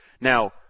Now